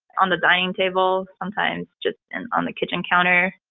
on the dining table, sometimes just and on the kitchen counter,